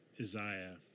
Isaiah